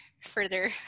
further